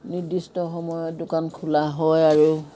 নিৰ্দিষ্ট সময়ত দোকান খোলা হয় আৰু